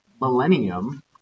millennium